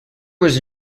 was